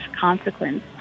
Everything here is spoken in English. consequence